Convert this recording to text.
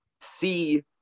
see